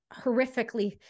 horrifically